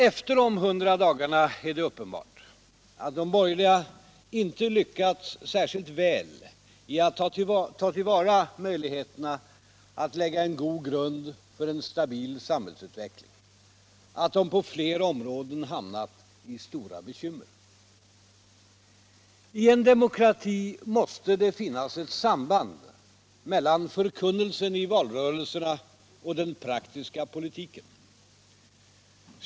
Efter de 100 dagarna är det uppenbart att de borgerliga inte lyckats särskilt väl med att ta till vara möjligheterna att lägga en god grund för en stabil samhällsutveckling, att de på flera områden hamnat i stora bekymmer. I en demokrati måste det finnas ett samband mellan förkunnelsen i valrörelserna och den praktiska politiken.